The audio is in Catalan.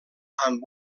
amb